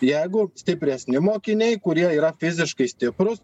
jeigu stipresni mokiniai kurie yra fiziškai stiprūs